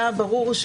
היה ברור,